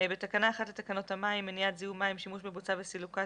בתקנה 1 לתקנות המים (מניעת זיהום מים) שימוש בבוצה וסילוקה),